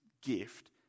gift